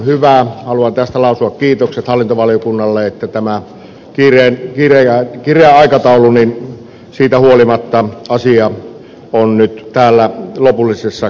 haluan tästä lausua kiitokset hallintovaliokunnalle että tämä on kyllä hyvä ja yleensä kireästä aikataulusta huolimatta asia on nyt täällä lopullisessa käsittelyssä